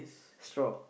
straw